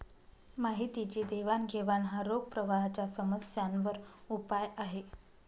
माहितीची देवाणघेवाण हा रोख प्रवाहाच्या समस्यांवर उपाय आहे